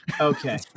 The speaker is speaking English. okay